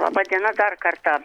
laba diena dar kartą